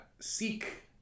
seek